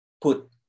put